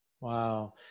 Wow